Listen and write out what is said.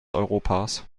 europas